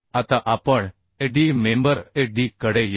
आता आपणAD member AD कडे येऊ